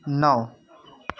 नौ